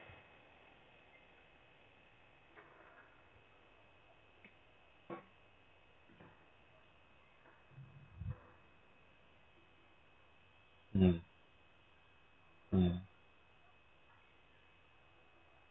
mm mm